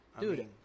Dude